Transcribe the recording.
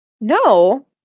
No